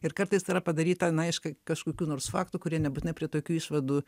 ir kartais tai yra padaryta na iš kažkokių nors faktų kurie nebūtinai prie tokių išvadų